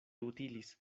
utilis